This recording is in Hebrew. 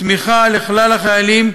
תמיכה לכלל החיילים,